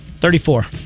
Thirty-four